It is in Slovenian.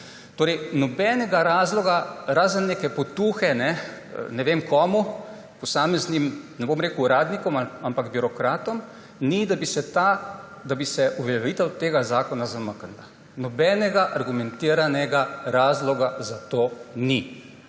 Torej nobenega razloga, razen neke potuhe na vem komu, posameznim, ne bom rekel uradnikom, ampak birokratom, ni, da bi se uveljavitev tega zakona zamaknila. Nobenega argumentiranega razloga za to ni.